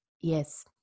yes